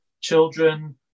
children